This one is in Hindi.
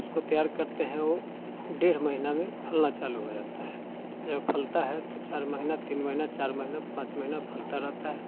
उसको तैयार करते हैं वो डेढ़ महीना में फलना चालू हो जाता है जब फलता है तो चार महीना तीन महीना चार महीना पाँच महीना फलता रहता है